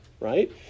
right